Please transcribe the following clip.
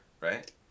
right